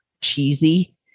cheesy